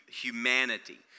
humanity